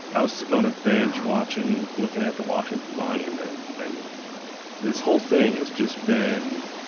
i was on a bench watch and looking at the washington monument and this whole thing has just been